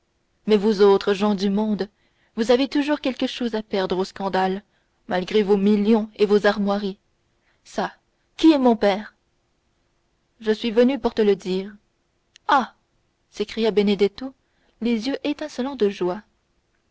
mais vous autres gens du grand monde vous avez toujours quelque chose à perdre au scandale malgré vos millions et vos armoiries çà qui est mon père je suis venu pour te le dire ah s'écria benedetto les yeux étincelants de joie